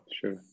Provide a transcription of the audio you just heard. sure